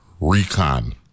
recon